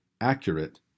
accurate